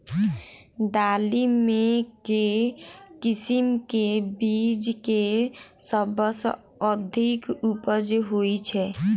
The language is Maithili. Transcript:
दालि मे केँ किसिम केँ बीज केँ सबसँ अधिक उपज होए छै?